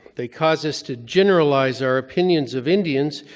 they cause us to generalize our opinions of indians,